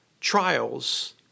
trials